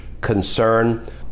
concern